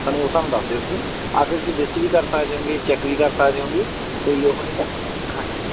ਸਾਨੂੰ ਉਹ ਸਾਨੂੰ ਦੱਸ ਦਿਓ ਤੁਸੀਂ ਆ ਕੇ ਤੁਸੀਂ ਵਿਜ਼ਿਟ ਵੀ ਕਰ ਸਕਦੇ ਹੈਗੇ ਚੈੱਕ ਵੀ ਕਰ ਸਕਦੇ ਹੈਗੇ ਕੋਈ ਓਹ ਨਹੀਂ ਗਾ ਹਾਂਜੀ